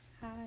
Hi